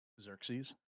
Xerxes